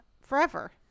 forever